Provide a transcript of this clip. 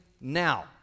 now